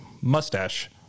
mustache